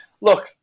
look